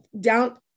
down